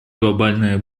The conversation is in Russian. глобальное